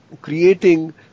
creating